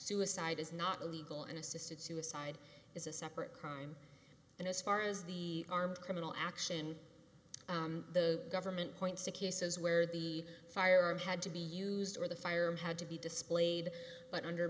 suicide is not illegal and assisted suicide is a separate crime and as far as the armed criminal action the government points to cases where the firearm had to be used or the fire had to be displayed but under